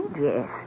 Yes